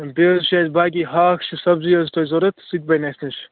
بیٚیہِ حظ چھِ اَسہِ باقٕے ہاکھ چھُ سبزی حظ چھِ تۅہہِ ضروٗرت سُہ تہِ بنہِ اَسہِ نِش